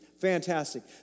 Fantastic